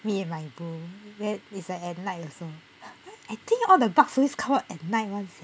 me and my bro then it's like at night also I think all the bugs always come out at night [one] leh